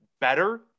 better